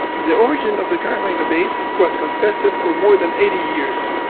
the origin of the carolina bays was contested for more than eighty years.